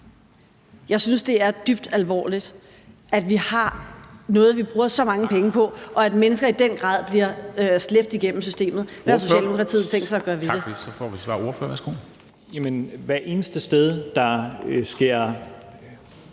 Jeg synes, det er dybt alvorligt, at vi har noget, vi bruger så mange penge på, og at mennesker i den grad bliver slæbt igennem systemet. Hvad har Socialdemokratiet tænkt sig at gøre ved det? Kl.